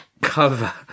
cover